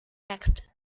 asked